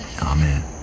Amen